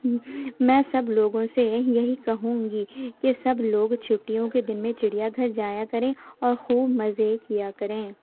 میں سب لوگوں سے یہی کہوں گی کہ سب لوگ چھٹیوں کے دن میں چڑیا گھر جایا کریں اور خوب مزے کیا کریں